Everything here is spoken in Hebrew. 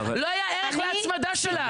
לא היה ערך להצמדה שלה.